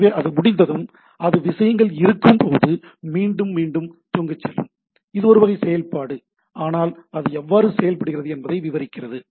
எனவே அது முடிந்ததும் அது விஷயங்கள் இருக்கும்போது மீண்டும் மீண்டும் தூங்கச் செல்லும் இது ஒரு வகை செயல்பாடு ஆனால் அது எவ்வாறு செயல்படுகிறது என்பதை விவரிக்கிறது